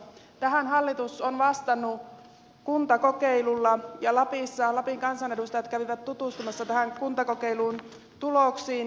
tähän hallitus on vastannut kuntakokeilulla ja lapissa lapin kansanedustajat kävivät tutustumassa tämän kuntakokeilun tuloksiin